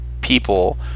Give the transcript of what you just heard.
people